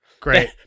Great